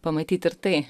pamatyt ir tai